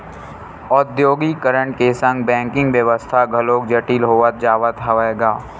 औद्योगीकरन के संग बेंकिग बेवस्था घलोक जटिल होवत जावत हवय गा